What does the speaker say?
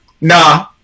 nah